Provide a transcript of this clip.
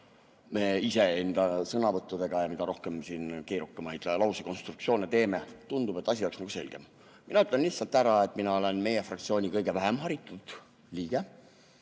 Me ise [esineme] sõnavõttudega ja mida rohkem me siin keerukamaid lausekonstruktsioone teeme, [seda rohkem] tundub, et asi oleks [nagu] selgem. Mina ütlen lihtsalt ära, et mina olen meie fraktsiooni kõige vähem haritud liige.